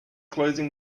closing